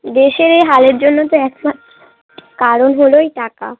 দেশের এই হালের জন্য তো একমাত্র কারণ হলোই টাকা